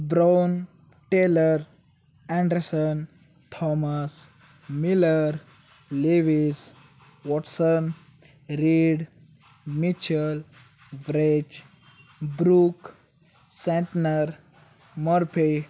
brown Taylor Anderson Thomas Miller Lewis Watson Reid Mitchell व्रेज Brook Santner Morphe